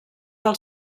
del